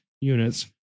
units